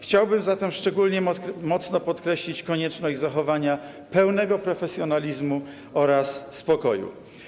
Chciałbym zatem szczególnie mocno podkreślić konieczność zachowania pełnego profesjonalizmu oraz spokoju.